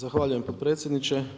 Zahvaljujem potpredsjedniče.